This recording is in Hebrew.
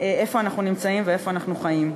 איפה אנחנו נמצאים ואיפה אנחנו חיים.